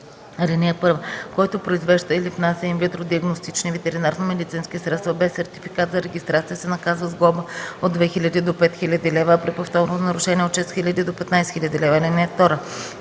450ж. (1) Който произвежда или внася инвитро диагностични ветеринарномедицински средства без сертификат за регистрация, се наказва с глоба от 2000 до 5000 лв., а при повторно нарушение – от 6000 до 15 000 лв. (2)